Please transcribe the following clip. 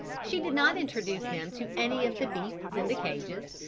she did not introduce him to any of the beasts in the cages,